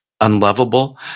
unlovable